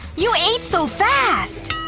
you ate so fast!